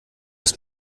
ist